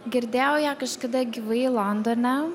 girdėjau ją kažkada gyvai londone